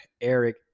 Eric